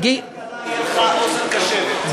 בוועדת הכלכלה תהיה לך אוזן קשבת.